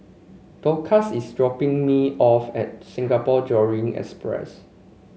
Dorcas is dropping me off at Singapore Johore Express